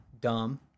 dumb